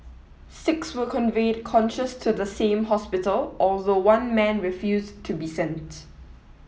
six were conveyed conscious to the same hospital although one man refused to be sent